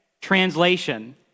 translation